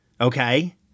Okay